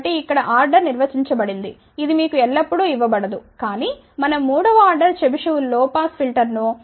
కాబట్టి ఇక్కడ ఆర్డర్ నిర్వచించబడింది ఇది మీకు ఎల్లప్పుడూ ఇవ్వబడదు కాని మనం మూడవ ఆర్డర్ చెబిషెవ్ లో పాస్ ఫిల్టర్ను 0